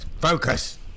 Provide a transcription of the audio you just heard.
Focus